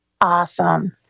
Awesome